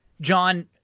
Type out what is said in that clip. John